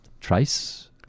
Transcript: Trace